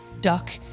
Duck